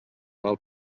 val